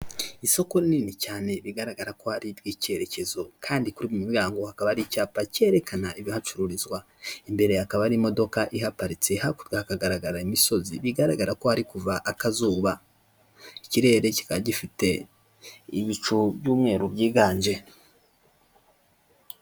Isoko rinini cyane, bigaragara ko ari iry'icyerekezo, kandi kuri buri muryango hakaba hari icyapa cyerekana ibihacururizwa, imbere hakaba hari imodoka iparitse, hakurya hakagaragara imisozi bigaragara ko hari kuva akazuba, ikirere kikaba gifite ibicu by'umweru byiganje.